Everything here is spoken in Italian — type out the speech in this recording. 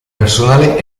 personale